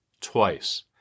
Twice